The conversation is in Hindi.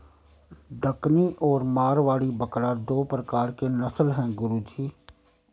डकनी और मारवाड़ी बकरा दो प्रकार के नस्ल है गुरु जी